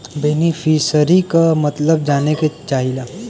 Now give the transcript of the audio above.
बेनिफिसरीक मतलब जाने चाहीला?